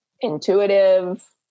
intuitive